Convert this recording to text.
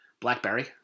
BlackBerry